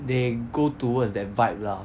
they go toward that vibe lah